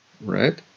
right